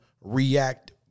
react